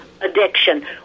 addiction